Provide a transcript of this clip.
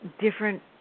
different